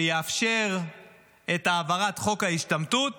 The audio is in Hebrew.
שיאפשר את העברת חוק ההשתמטות